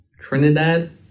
Trinidad